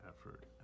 effort